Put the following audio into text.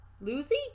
Lucy